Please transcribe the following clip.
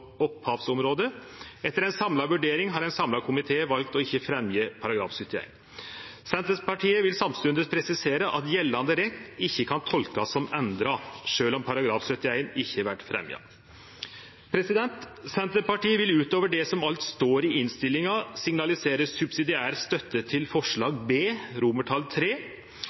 opphavsområdet. Etter ei samla vurdering har ein samla komité valt ikkje å fremje forslaget til § 71 i proposisjonen. Senterpartiet vil samstundes presisere at gjeldande rett ikkje kan tolkast som endra, sjølv om § 71 ikkje vert fremja. Senterpartiet vil utover det som alt står i innstillinga, signalisere subsidiær støtte til forslaget til vedtak B